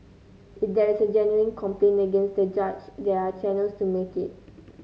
if there is a genuine complaint against the judge there are channels to make it